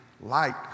light